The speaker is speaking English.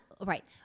right